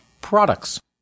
products